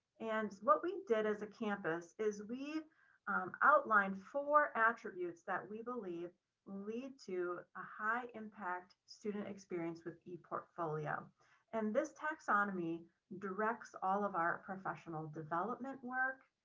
and what we did as a campus is we outlined four attributes that we believe lead to a high impact student experience with eportfolio. and this taxonomy directs all of our professional development work.